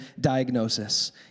diagnosis